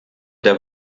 der